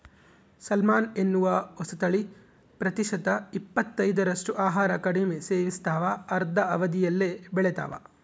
salmon ಎನ್ನುವ ಹೊಸತಳಿ ಪ್ರತಿಶತ ಇಪ್ಪತ್ತೈದರಷ್ಟು ಆಹಾರ ಕಡಿಮೆ ಸೇವಿಸ್ತಾವ ಅರ್ಧ ಅವಧಿಯಲ್ಲೇ ಬೆಳಿತಾವ